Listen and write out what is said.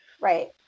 Right